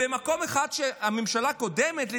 תן מקום אחד שבו הממשלה הקודמת פגעה,